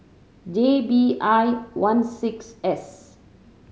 J B I one six S